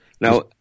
Now